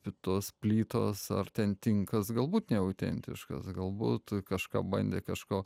kitos plytos ar ten tinkas galbūt neautentiškas galbūt kažką bandė kažko